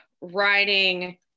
writing